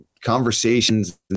conversations